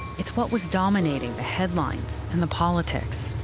it's what was dominating the headlines and the politics.